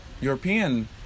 European